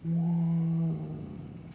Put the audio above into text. !wah!